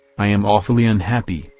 i am awfully unhappy,